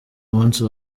musi